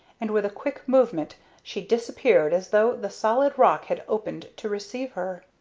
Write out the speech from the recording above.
and with a quick movement she disappeared as though the solid rock had opened to receive her.